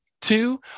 two